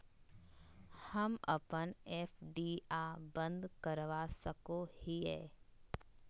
हम अप्पन एफ.डी आ बंद करवा सको हियै